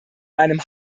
meinem